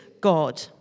God